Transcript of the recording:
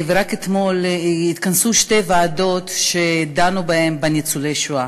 רק אתמול התכנסו שתי ועדות שדנו בהן בניצולי השואה,